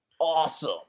Awesome